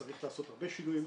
צריך לעשות הרבה שינויים,